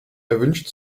erwünscht